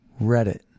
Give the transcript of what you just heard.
Reddit